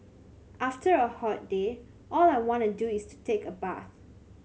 after a hot day all I want to do is to take a bath